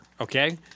Okay